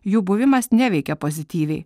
jų buvimas neveikia pozityviai